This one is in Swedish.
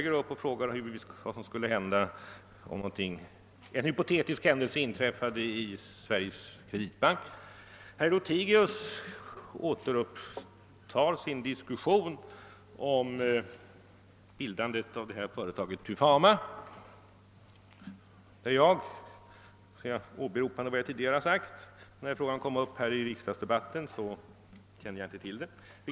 Herr Holmberg frågar vad som skulle hända om en hypotetisk händelse inträffade i Sveriges kreditbank. Herr Lothigius återupptar sin diskussion om bildandet av företaget Tufama och jag skall då åberopa vad jag tidigare sagt, nämligen att jag inte kände till bolaget, när frågan tidigare togs upp i riksdagsdebatten.